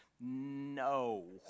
no